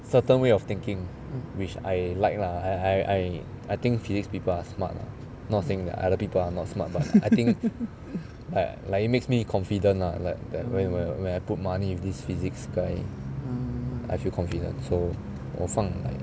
certain way of thinking which I like lah I I I I think physics people are smart lah not saying that other people are not smart but I think like it makes me confident lah like that where where where I put money with this physics guy I feel confident so 我放 like